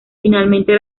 finalmente